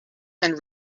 and